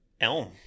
Elm